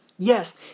Yes